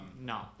No